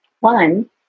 One